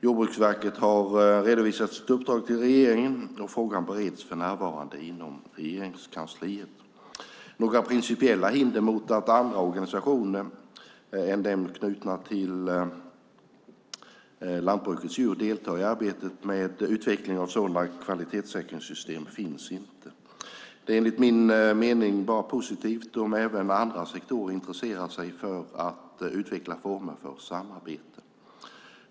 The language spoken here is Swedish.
Jordbruksverket har redovisat sitt uppdrag till regeringen, och frågan bereds för närvarande inom Regeringskansliet. Några principiella hinder mot att andra organisationer än de som är knutna till lantbrukets djur deltar i arbetet med utvecklingen av sådana kvalitetssäkringssystem finns inte. Det är enligt min mening bara positivt om även andra sektorer intresserar sig för att utveckla former för samarbete.